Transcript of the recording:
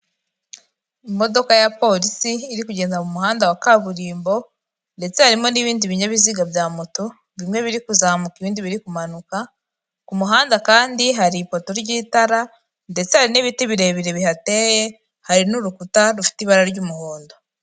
Imodoka ya polisi, iri kugenda mu muhanda wa kaburimbo ndetse harimo n'ibindi binyabiziga bya moto, bimwe biri kuzamuka, ibindi biri kumanuka, ku muhanda kandi hari ipoto ry'itara ndetse hari n'ibiti birebire bihateye, hari n'urukuta rufite ibara ry'umuhondo.